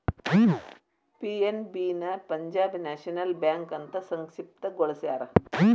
PNB ನ Punjab national bank ಅಂತ ಸಂಕ್ಷಿಪ್ತ ಗೊಳಸ್ಯಾರ